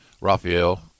Raphael